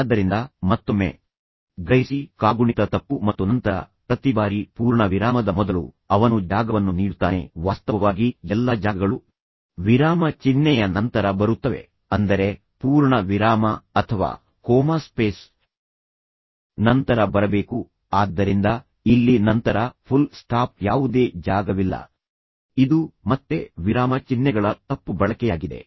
ಆದ್ದರಿಂದ ಮತ್ತೊಮ್ಮೆ ಗ್ರಹಿಸಿ ಕಾಗುಣಿತ ತಪ್ಪು ಮತ್ತು ನಂತರ ಪ್ರತಿ ಬಾರಿ ಪೂರ್ಣ ವಿರಾಮದ ಮೊದಲು ಅವನು ಜಾಗವನ್ನು ನೀಡುತ್ತಾನೆ ವಾಸ್ತವವಾಗಿ ಎಲ್ಲಾ ಜಾಗಗಳು ವಿರಾಮ ಚಿಹ್ನೆಯ ನಂತರ ಬರುತ್ತವೆ ಅಂದರೆ ಪೂರ್ಣ ವಿರಾಮ ಅಥವಾ ಕೋಮಾ ಸ್ಪೇಸ್ ನಂತರ ಬರಬೇಕು ಆದ್ದರಿಂದ ಇಲ್ಲಿ ನಂತರ ಫುಲ್ ಸ್ಟಾಪ್ ಯಾವುದೇ ಜಾಗವಿಲ್ಲ ಇದು ಮತ್ತೆ ವಿರಾಮ ಚಿಹ್ನೆಗಳ ತಪ್ಪು ಬಳಕೆಯಾಗಿದೆ